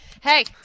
hey